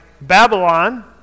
Babylon